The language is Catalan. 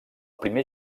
primer